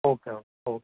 okay okay